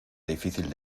difícil